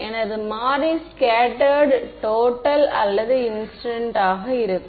ஒரே ஒரு z மற்றும் y மட்டுமே உள்ளது